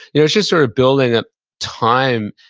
it was just sort of building up time,